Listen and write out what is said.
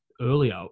earlier